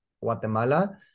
Guatemala